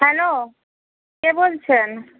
hello কে বলছেন